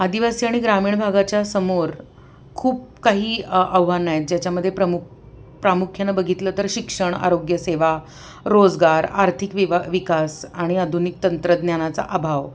आदिवासी आणि ग्रामीण भागाच्या समोर खूप काही आ आव्हानं आहे ज्याच्यामध्ये प्रमु प्रामुख्यानं बघितलं तर शिक्षण आरोग्यसेवा रोजगार आर्थिक विवा विकास आणि आधुनिक तंत्रज्ञानाचा अभाव